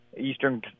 Eastern